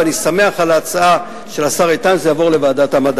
ואני שמח על ההצעה של השר איתן שזה יעבור לוועדת המדע.